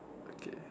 okay